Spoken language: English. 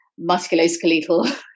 musculoskeletal